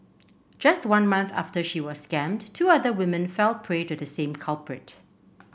just one month after she was scammed two other women fell prey to the same culprit